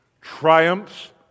triumphs